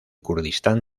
kurdistán